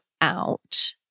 out